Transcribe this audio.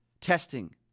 testing